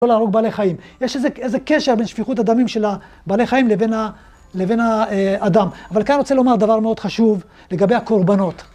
לא להרוג בעלי חיים. יש איזה קשר בין שפיחות הדמים של בעלי חיים לבין האדם. אבל כאן רוצה לומר דבר מאוד חשוב לגבי הקורבנות.